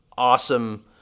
awesome